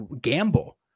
gamble